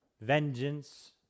vengeance